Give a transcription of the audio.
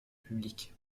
public